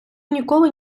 ніколи